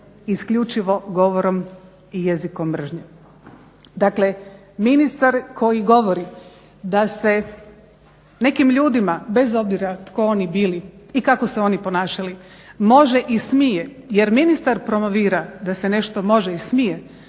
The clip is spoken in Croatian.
isključivo govorom i jezikom mržnje.